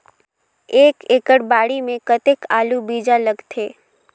एक एकड़ बाड़ी मे कतेक आलू बीजा लगथे?